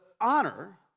honor